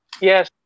yes